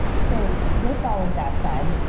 so with all of that said,